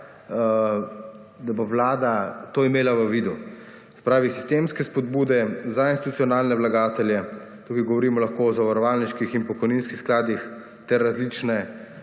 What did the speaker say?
da bo Vlada to imela v vidu. Se pravi sistemske spodbude za institucionalne vlagatelje, tukaj govorimo lahko o zavarovalniških in pokojninskih skladih ter različne